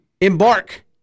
embark